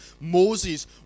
Moses